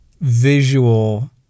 visual